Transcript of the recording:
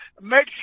make